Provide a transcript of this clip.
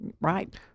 right